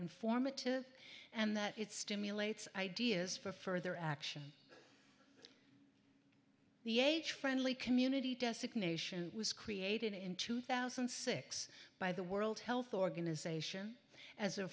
informative and that it stimulates ideas for further action the h friendly community designation was created in two thousand and six by the world health organization as a